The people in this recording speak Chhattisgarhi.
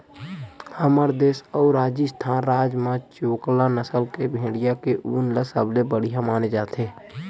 हमर देस अउ राजिस्थान राज म चोकला नसल के भेड़िया के ऊन ल सबले बड़िया माने जाथे